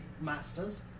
masters